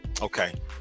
okay